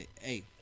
hey